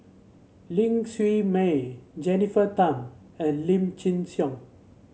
Ling Siew May Jennifer Tham and Lim Chin Siong